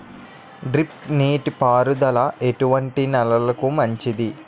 Drip నీటి పారుదల ఎటువంటి నెలలకు మంచిది?